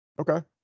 Okay